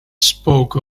spoke